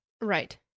Right